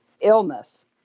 illness